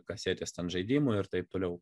kasetes ten žaidimų ir taip toliau